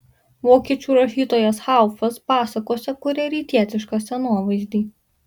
vokiečių rašytojas haufas pasakose kuria rytietišką scenovaizdį